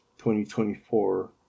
2024